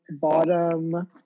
bottom